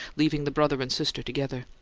leaving the brother and sister together.